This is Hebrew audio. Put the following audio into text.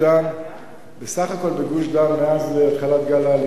בסך הכול בגוש-דן מאז תחילת גל העלייה,